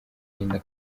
byagenda